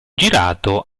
girato